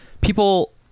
people